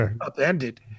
upended